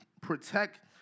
protect